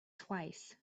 twice